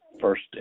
first